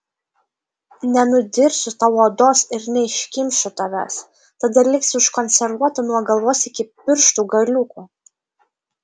nenudirsiu tau odos ir neiškimšiu tavęs tada liksi užkonservuota nuo galvos iki pirštų galiukų